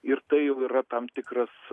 ir tai jau yra tam tikras